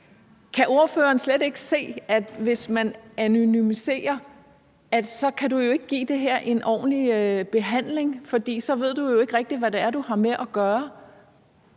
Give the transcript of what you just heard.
Kan ordføreren slet ikke se, at hvis man anonymiserer det, kan du ikke give det her en ordentlig behandling, for så ved du jo ikke rigtig, hvad det er, du har med at gøre?